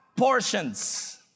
Portions